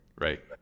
Right